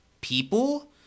people